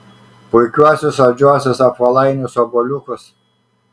puikiuosius saldžiuosius apvalainus obuoliukus